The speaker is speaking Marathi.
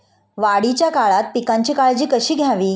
वाढीच्या काळात पिकांची काळजी कशी घ्यावी?